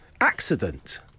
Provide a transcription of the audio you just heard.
Accident